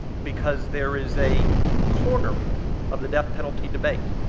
because there is a corner of the death penalty debate